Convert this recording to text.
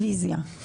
רביזיה.